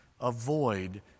avoid